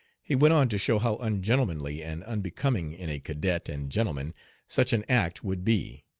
he went on to show how ungentlemanly and unbecoming in a cadet and gentleman such an act would be.